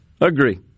agree